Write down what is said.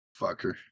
Fucker